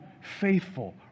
faithful